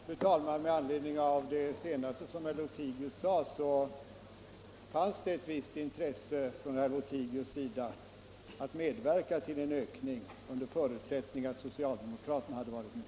Fru talman! Med anledning av det som herr Lothigius senast sade vill jag påpeka att det under utskottsbehandlingen fanns ett visst intresse från herr Lothigius sida att medverka till ett ökat anslag — under förutsättning att socialdemokraterna hade varit med.